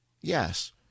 yes